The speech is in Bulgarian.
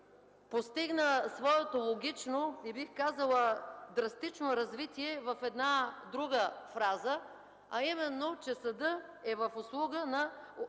постигна своето логично и, бих казала, драстично развитие в една друга фраза, а именно, че съдът е в услуга на